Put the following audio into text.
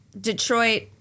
Detroit